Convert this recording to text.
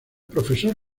profesor